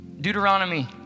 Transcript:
Deuteronomy